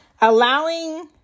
Allowing